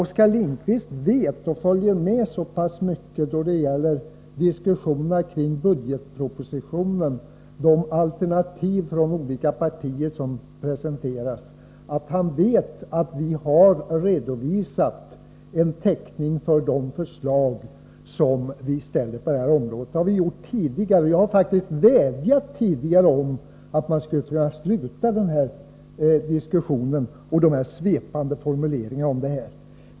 Oskar Lindkvist följer med så pass mycket i diskussionerna kring budgetpropositionen och de alternativ som olika partier presenterar att han vet att vi faktiskt har redovisat en täckning för de förslag vi ställer på det här området. Jag har tidigare vädjat om att man skulle sluta med den här typen av diskussioner och de svepande formuleringarna.